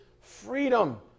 freedom